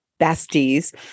besties